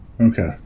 okay